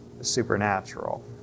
supernatural